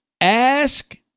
Ask